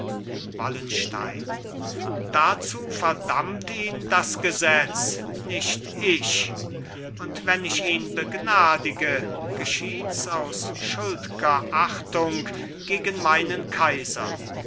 wallenstein dazu verdammt ihn das gesetz nicht ich und wenn ich ihn begnadige geschiehts aus schuldger achtung gegen meinen kaiser